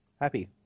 happy